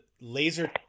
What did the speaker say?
laser